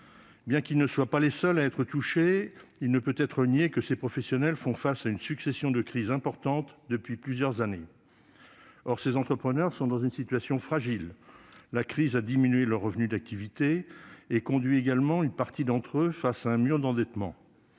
bien qu'ils ne soient pas les seuls touchés, il ne peut être nié que ces professionnels font face à une succession de crises importantes depuis plusieurs années. Or ces entrepreneurs sont dans une situation fragile : la crise a diminué leur revenu d'activité et a conduit une partie d'entre eux face à un mur d'endettement.